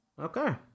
okay